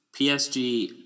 PSG